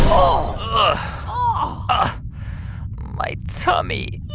oh my tummy.